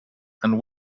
and